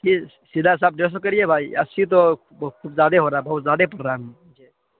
سیدھا حساب ڈیڑھ سو کریے بھائی اسّی تو کچھ زیادے ہو رہا ہے بہت زیادے ہو رہا ہے مجھے